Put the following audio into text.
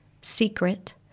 secret